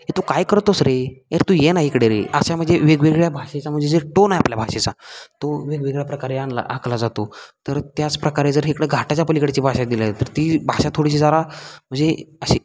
ए तू काय करतोस रे यार तू ये ना इकडे रे अशा म्हणजे वेगवेगळ्या भाषेचा म्हणजे जे टोन आहे आपल्या भाषेचा तो वेगवेगळ्या प्रकारे आणला आकला जातो तर त्याचप्रकारे जर इकडं घाटाच्या पलिकडची भाषा दिली तर ती भाषा थोडीशी जरा म्हणजे अशी